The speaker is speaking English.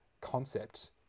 concept